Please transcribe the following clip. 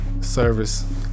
service